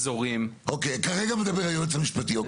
אזורים --- כרגע מדבר היועץ המשפטי.